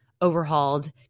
overhauled